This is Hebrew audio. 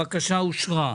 הבקשה אושרה.